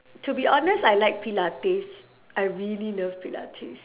to be honest I like pilates I really love pilates